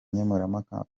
nkemurampaka